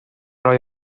roi